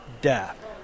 death